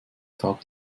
tag